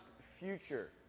future